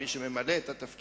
או מי שממלא את התפקיד,